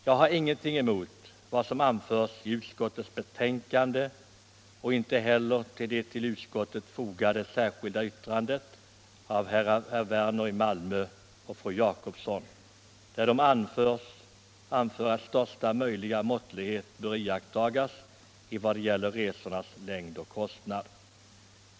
Jag har ingenting emot vad som anförs i utskottets betänkande och inte heller i det till utskottet fogade särskilda yttrandet av herr Werner i Malmö och fru Jacobsson, där de anför att största möjliga måttlighet bör iakttas vad gäller resornas längd och kostnad.